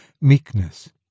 meekness